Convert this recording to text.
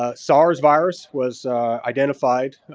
ah sars virus was identified